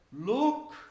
Look